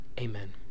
Amen